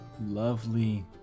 lovely